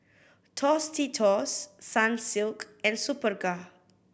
Tostitos Sunsilk and Superga